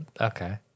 Okay